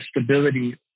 stability